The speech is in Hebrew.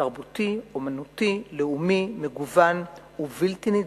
תרבותי, אמנותי, לאומי, מגוון ובלתי נדלה,